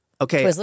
Okay